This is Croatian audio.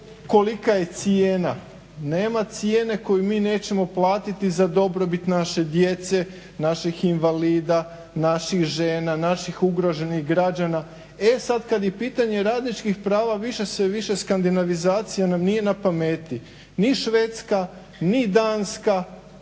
kolika je cijena. Nema cijene koju mi nećemo platiti za dobrobit naše djece, naših invalida, naših žena, naših ugroženih građana. E sada kada je pitanje radničkih prava više se više skandinavizacija nam nije na pameti. Ni Švedska, ni Danska,